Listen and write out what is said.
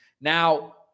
Now